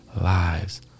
lives